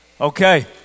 Okay